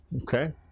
Okay